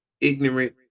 ignorant